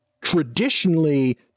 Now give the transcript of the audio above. traditionally